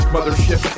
Mothership